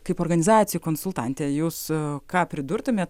kaip organizacijų konsultantė jūs ką pridurtumėt